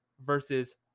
versus